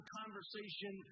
conversation